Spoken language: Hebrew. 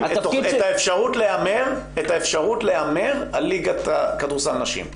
את האפשרות להמר על ליגת כדורסל נשים.